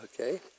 Okay